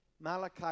Malachi